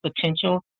potential